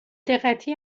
دقتی